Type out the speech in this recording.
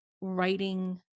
writing